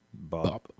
Bob